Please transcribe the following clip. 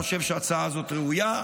אני חושב שההצעה הזאת ראויה,